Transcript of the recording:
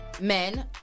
men